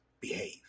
behave